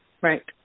Right